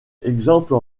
exemples